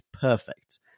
perfect